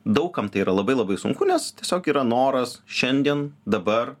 daug kam tai yra labai labai sunku nes tiesiog yra noras šiandien dabar